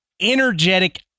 energetic